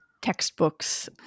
textbooks